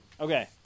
Okay